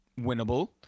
winnable